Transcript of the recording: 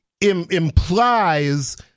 implies